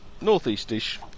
northeast-ish